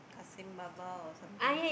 Kassim-Baba or something